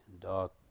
dark